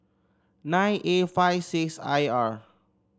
nine A five six I R